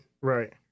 right